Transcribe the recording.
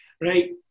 right